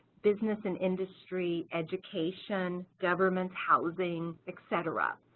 business and industry, education, government housing etc.